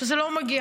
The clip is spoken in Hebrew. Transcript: שזה לא מגיע.